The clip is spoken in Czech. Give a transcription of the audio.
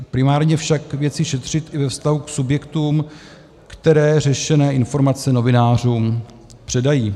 Primárně však věci šetřit i ve vztahu k subjektům, které řešené informace novinářům předají.